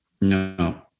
No